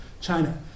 China